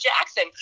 Jackson